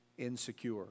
Insecure